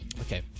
Okay